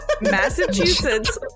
Massachusetts